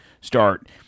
Start